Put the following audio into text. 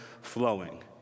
flowing